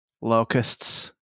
locusts